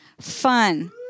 fun